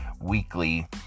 weekly